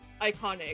iconic